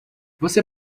você